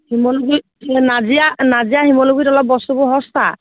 শিমলুগুৰি এই নাজিৰা নাজিৰা শিমলুগুৰিত অলপ বস্তুবোৰ সস্তা